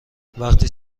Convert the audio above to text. وقتی